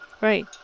Right